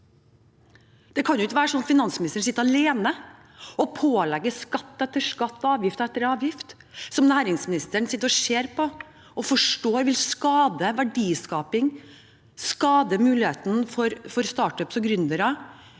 Det kan ikke være sånn at finansministeren sitter alene og pålegge skatt etter skatt og avgift etter avgift – og som næringsministeren sitter og ser på og forstår vil skade verdiskaping, skade muligheten for startup-er og gründere